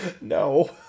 No